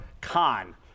con